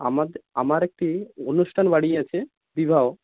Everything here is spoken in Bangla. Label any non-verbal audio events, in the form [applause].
[unintelligible] আমার একটি অনুষ্ঠান বাড়ি আছে বিবাহ